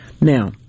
Now